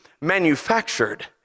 manufactured